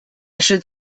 should